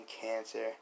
cancer